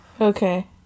Okay